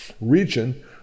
region